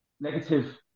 negative